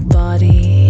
body